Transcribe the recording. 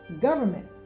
Government